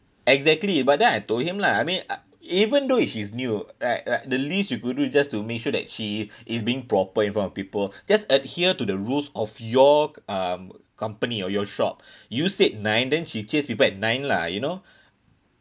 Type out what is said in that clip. exactly but then I told him lah I mean uh even though she's new right right the least you could do just to make sure that she is being proper in front of people just adhere to the rules of your um company or your shop you said nine then she chase people at nine lah you know